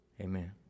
Amen